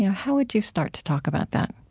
yeah how would you start to talk about that?